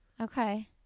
Okay